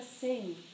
sing